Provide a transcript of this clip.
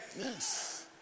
Yes